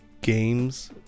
games